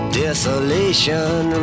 desolation